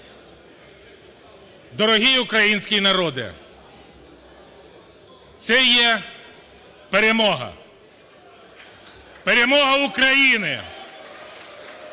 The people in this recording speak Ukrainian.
Дорогий український народе! Це є перемога, перемога України,